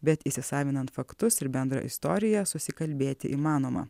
bet įsisavinant faktus ir bendrą istoriją susikalbėti įmanoma